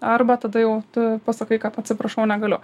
arba tada jau tu pasakai kad atsiprašau negaliu